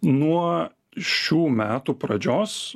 nuo šių metų pradžios